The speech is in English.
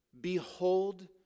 behold